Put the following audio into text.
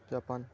Japan